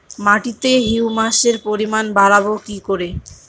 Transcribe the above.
মাটিতে হিউমাসের পরিমাণ বারবো কি করে?